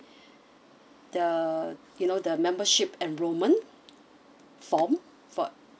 the you know the membership enrolment form for